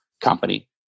company